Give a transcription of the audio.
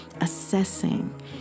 assessing